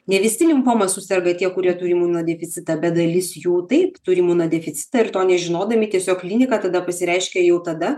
ne visi limfoma suserga tie kurie turi imunodeficitą bet dalis jų taip turi imunodeficitą ir to nežinodami tiesiog klinika tada pasireiškia jau tada